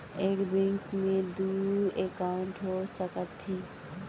एक बैंक में दू एकाउंट हो सकत हे?